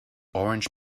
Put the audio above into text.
orange